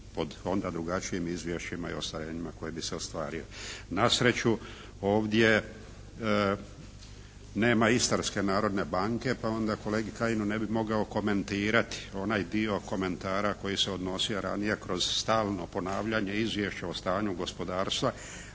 pod onda drugačijim izvješćima i ostvarenjima koji bi se ostvario. Na sreću ovdje nema Istarske narodne banke pa onda kolegi Kajinu ne bi mogao komentirati onaj dio komentara koji se je odnosio ranije kroz stalno ponavljanje Izvješća o stanju gospodarstva